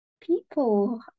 people